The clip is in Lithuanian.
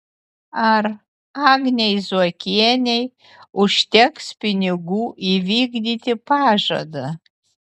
ar agnei zuokienei užteks pinigų įvykdyti pažadą